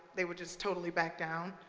they would just totally back down.